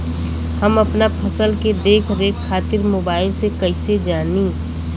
हम अपना फसल के देख रेख खातिर मोबाइल से कइसे जानी?